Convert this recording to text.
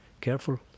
careful